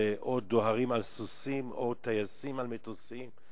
זה או דוהרים על סוסים, או טייסים על מטוסים.